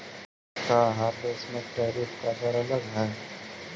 का हर देश में टैरिफ का दर अलग हई